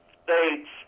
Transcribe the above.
states